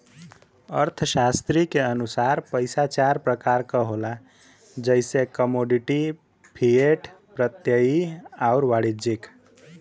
अर्थशास्त्री के अनुसार पइसा चार प्रकार क होला जइसे कमोडिटी, फिएट, प्रत्ययी आउर वाणिज्यिक